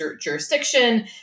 jurisdiction